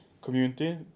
community